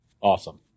Awesome